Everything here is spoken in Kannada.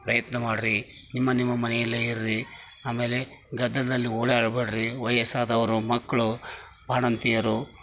ಪ್ರಯತ್ನ ಮಾಡ್ರಿ ನಿಮ್ಮ ನಿಮ್ಮ ಮನೆಯಲ್ಲೇ ಇರ್ರಿ ಆಮೇಲೆ ಗದ್ದಲದಲ್ಲಿ ಓಡಾಡ ಬೇಡ್ರಿ ವಯಸ್ಸಾದವರು ಮಕ್ಕಳು ಬಾಣಂತಿಯರು